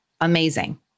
amazing